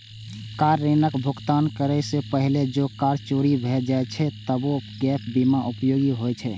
car ऋणक भुगतान करै सं पहिने जौं कार चोरी भए जाए छै, तबो गैप बीमा उपयोगी होइ छै